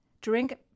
Drink